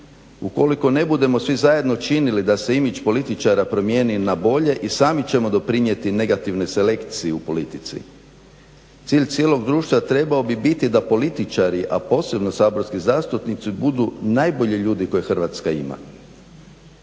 Ukoliko ne budemo svi zajedno činili da se imidž političara promijeni na bolje i sami ćemo doprinijeti negativne selekciju u politici. Cilj cijelog društva trebao bi biti da političari, a posebno saborski zastupnici budu najbolji ljudi koje Hrvatska ima.